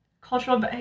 cultural